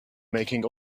making